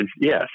yes